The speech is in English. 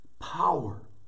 power